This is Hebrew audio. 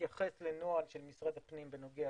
מתייחס לנוהל של משרד הפנים בנוגע